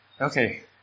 Okay